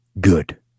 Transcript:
good